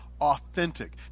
authentic